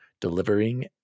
delivering